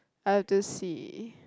I'll have to see